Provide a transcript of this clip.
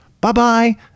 bye-bye